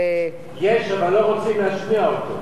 יש, אבל לא רוצים להשמיע אותו.